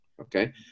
Okay